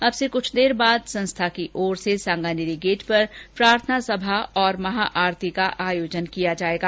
अब से कुछ देर बाद संस्था की ओर से सांगानेरी गेट पर प्रार्थना सभा तथा महाआरती का आयोजन किया जाएगा